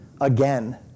again